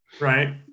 Right